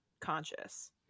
conscious